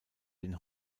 den